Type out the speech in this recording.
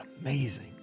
amazing